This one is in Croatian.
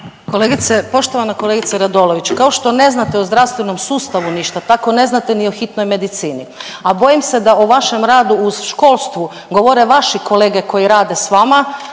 Kolegice, poštovana kolegice Radolović, kao što ne znate o zdravstvenom sustavu ništa tako ne znate ni o hitnoj medicini, a bojim se da o vašem radu u školstvu govore vaši kolege koji rade s vama